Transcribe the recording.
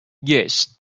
yes